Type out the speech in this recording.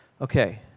Okay